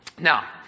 Now